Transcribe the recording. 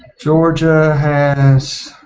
georgia hand